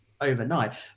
overnight